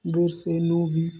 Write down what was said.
ਵਿਰਸੇ ਨੂੰ ਵੀ